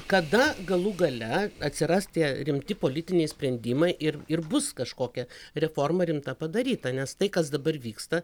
kada galų gale atsiras tie rimti politiniai sprendimai ir ir bus kažkokia reforma rimta padaryta nes tai kas dabar vyksta